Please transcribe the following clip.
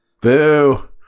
Boo